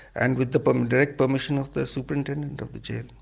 and with the but um direct permission of the superintendent of the jail.